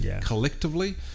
collectively